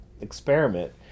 experiment